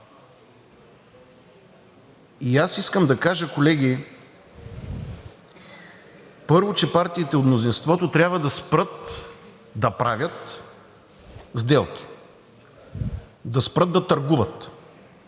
И аз искам да кажа, колеги, първо, че партиите от мнозинството трябва да спрат да правят сделки, да спрат да търгуват.